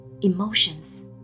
emotions